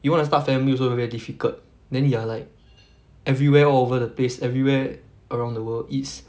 you wanna start family also very difficult then you are like everywhere all over the place everywhere around the world it's